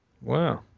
Wow